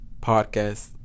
podcast